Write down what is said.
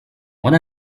when